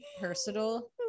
personal